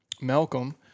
Malcolm